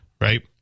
right